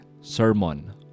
Sermon